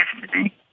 yesterday